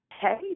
Hey